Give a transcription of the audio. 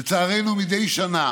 לצערנו, מדי שנה